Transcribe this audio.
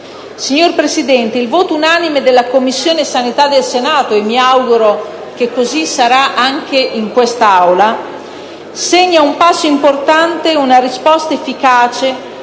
Signor Presidente, il voto unanime della Commissione sanità del Senato - e mi auguro che così sarà anche in questa Aula - segna un passo importante, una risposta efficace,